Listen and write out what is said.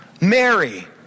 Mary